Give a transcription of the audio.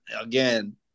again